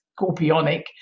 scorpionic